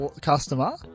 customer